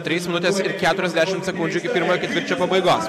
trys minutės keturiasdešimt sekundžių iki pirmojo ketvirčio pabaigos